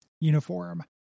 uniform